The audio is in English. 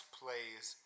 plays